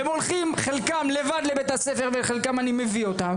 והם הולכים חלקם לבד לבית הספר וחלקם אני מביא אותם.